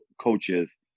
coaches